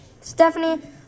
Stephanie